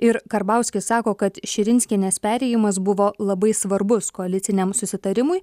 ir karbauskis sako kad širinskienės perėjimas buvo labai svarbus koaliciniam susitarimui